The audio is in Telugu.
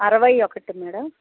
అరవై ఒకటి మేడమ్